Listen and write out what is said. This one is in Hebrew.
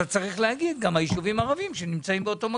צריך להגיד גם את הישובים הערביים שנמצאים באותו מקום.